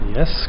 Yes